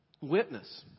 witness